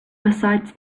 besides